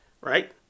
Right